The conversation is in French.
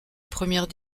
première